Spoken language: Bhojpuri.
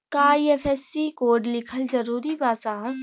का आई.एफ.एस.सी कोड लिखल जरूरी बा साहब?